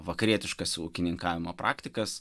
vakarietiškas ūkininkavimo praktikas